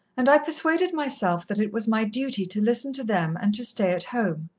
and i persuaded myself that it was my duty to listen to them, and to stay at home.